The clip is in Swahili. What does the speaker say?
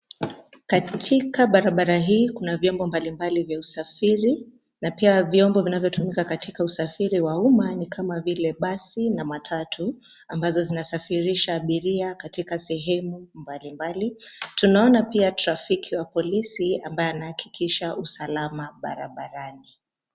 Katika barabara hii kuna vyombo mbalimbali vya usafiri na pia vyombo vinavyotumika katika usafiri wa umma ni kama vile basi na matatu, ambazo zinasafirisha abiria katika sehemu mbalimbali. Tunaona pia trafiki wa polisi ambaye anahakikisha usalama barabarani.